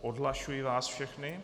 Odhlašuji vás všechny.